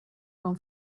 con